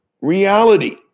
reality